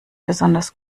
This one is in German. besonders